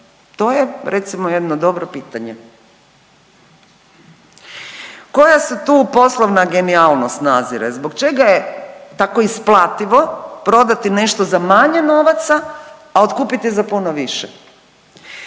To je recimo jedno dobro pitanje. Koja su to poslovna genijalnost nadzire? Zbog čega je tako isplativo prodati nešto za manje novaca, a otkupiti za puno više?